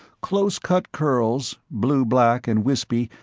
close-cut curls, blue-black and wispy,